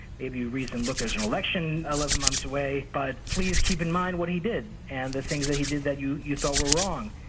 maybe reason look as an election eleven months away. but please keep in mind what he did and the things that he did that you you thought were wrong.